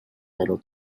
little